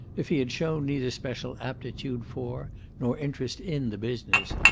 if he had shown neither special aptitude for nor interest in the business,